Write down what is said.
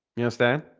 yes then